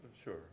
Sure